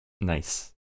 Nice